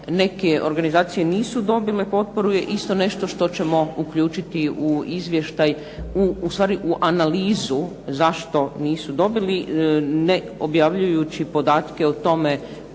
neke organizacije nisu dobile potporu je isto nešto što ćemo uključiti u izvještaj, ustvari u analizu zašto nisu dobili, ne objavljujući podatke o tome